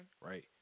right